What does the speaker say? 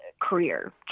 career